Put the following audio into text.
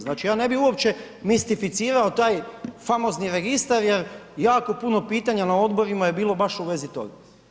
Znači ja ne bi uopće mistificirao taj famozni registar jer jako puno pitanja na odborima je bilo baš u vezi toga.